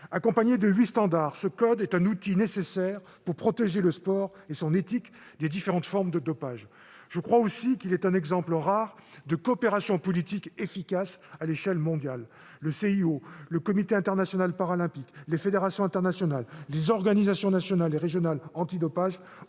Assorti de huit standards, ce code est un outil nécessaire pour protéger le sport et son éthique des différentes formes de dopage. Il est aussi, me semble-t-il, un exemple rare de coopération politique efficace à l'échelle mondiale. Le Comité international olympique (CIO), le Comité international paralympique, les fédérations internationales, les organisations nationales et régionales antidopage :